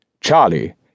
Charlie